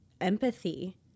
empathy